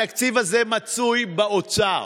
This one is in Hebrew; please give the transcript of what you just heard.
התקציב הזה מצוי באוצר,